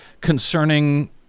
concerning